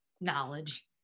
knowledge